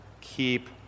keep